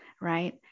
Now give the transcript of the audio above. right